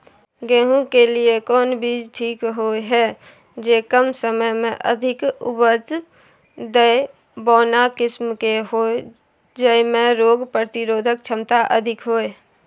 गेहूं के लिए कोन बीज ठीक होय हय, जे कम समय मे अधिक उपज दे, बौना किस्म के होय, जैमे रोग प्रतिरोधक क्षमता अधिक होय?